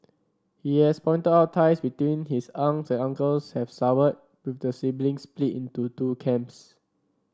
he also pointed out ties between his aunts and uncles have soured with the siblings split into two camps